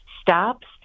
stops